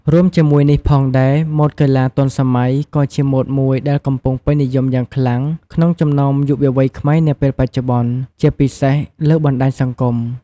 រួមជាមួយនេះផងដែរ ម៉ូដកីឡាទាន់សម័យ ក៏ជាម៉ូដមួយដែលកំពុងពេញនិយមយ៉ាងខ្លាំងក្នុងចំណោមយុវវ័យខ្មែរនាពេលបច្ចុប្បន្ន ជាពិសេសលើបណ្ដាញសង្គម។